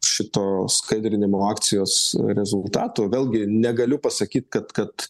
šito skaidrinimo akcijos rezultatų vėlgi negaliu pasakyt kad kad